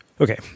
Okay